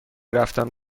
رفتن